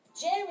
Jerry